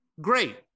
Great